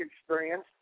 experience